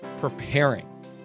preparing